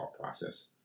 process